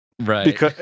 right